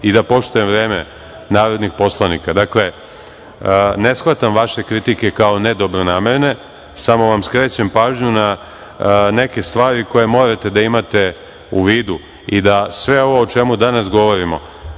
i da poštujem vreme narodnih poslanika. Dakle, ne shvatam vaše kritike kao nedobronamerne, samo vam skrećem pažnju na neke stvari koje morate da imate u vidu i da sve ovo o čemu danas govorimo,